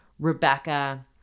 Rebecca